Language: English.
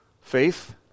Faith